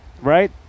right